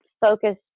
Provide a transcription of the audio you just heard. focus